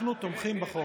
אנחנו תומכים בחוק.